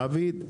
דוד,